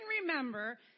remember